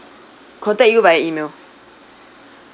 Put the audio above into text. contact you via E-mail